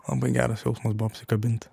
labai geras jausmas buvo apsikabint